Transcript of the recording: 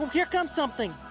here comes something.